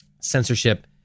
censorship